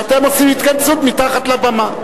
ואתם עושים התכנסות מתחת לבמה.